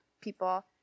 people